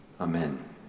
Amen